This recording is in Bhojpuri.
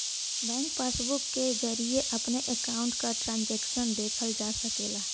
बैंक पासबुक के जरिये अपने अकाउंट क ट्रांजैक्शन देखल जा सकला